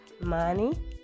money